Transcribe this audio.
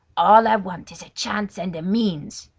all i want is a chance and a means!